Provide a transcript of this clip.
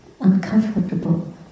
uncomfortable